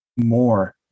More